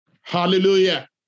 Hallelujah